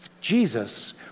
Jesus